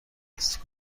لیست